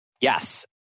Yes